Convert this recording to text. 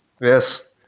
Yes